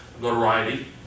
notoriety